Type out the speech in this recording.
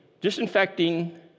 disinfecting